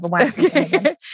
Okay